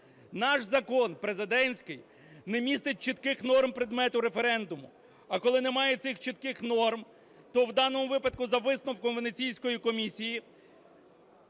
Наш закон, президентський, не містить чітких норм предмету референдуму. А коли немає цих чітких норм, то в даному випадку, за висновком Венеційської комісії,